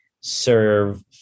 serve